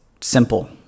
simple